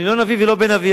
אני לא נביא ולא בן נביא.